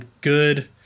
good